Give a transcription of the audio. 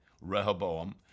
Rehoboam